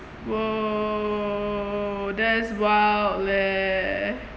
!whoa! that's wild leh